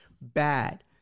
bad